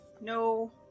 No